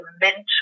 mental